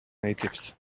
natives